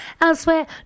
Elsewhere